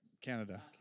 Canada